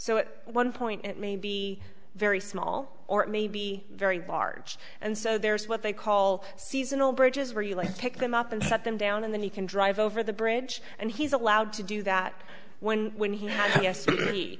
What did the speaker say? so one point it may be very small or maybe very barge and so there's what they call seasonal bridges where you like to pick them up and shut them down and then you can drive over the bridge and he's allowed to do that when when he